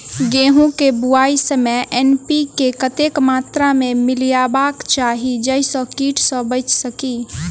गेंहूँ केँ बुआई समय एन.पी.के कतेक मात्रा मे मिलायबाक चाहि जाहि सँ कीट सँ बचि सकी?